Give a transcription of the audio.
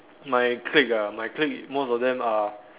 my clique ah my clique most of them are